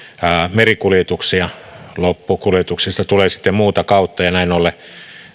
merikuljetuksia loput kuljetuksista tulevat sitten muuta kautta ja näin ollen